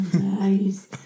Nice